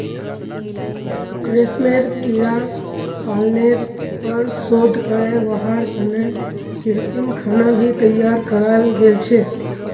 रेशमेर कीड़ा पालनेर पर शोध करे वहार तने कृत्रिम खाना भी तैयार कराल गेल छे